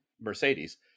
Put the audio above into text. Mercedes